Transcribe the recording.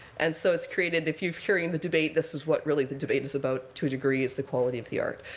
and so it's created if you're hearing the debate, this is what, really, the debate is about, to a degree, is the quality of the art.